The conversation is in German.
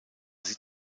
sie